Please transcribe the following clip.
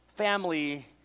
Family